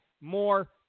more